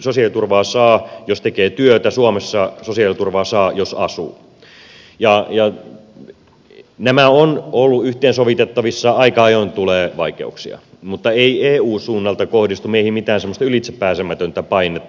muualla euroopassa sosiaaliturvaa saa jos tekee työtä suomessa sosiaaliturvaa saa jos asuu ja nämä ovat olleet yhteensovitettavissa aika ajoin tulee vaikeuksia mutta ei eun suunnalta kohdistu meihin mitään semmoista ylitsepääsemätöntä painetta